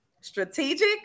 strategic